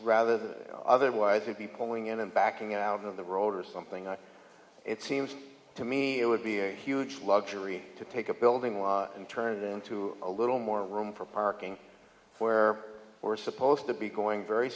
than otherwise would be pulling in and backing out of the road or something and it seems to me it would be a huge luxury to take a building with and turned into a little more room for parking where we're supposed to be going very